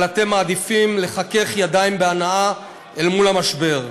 אבל אתם מעדיפים לחכך ידיים בהנאה אל מול המשבר.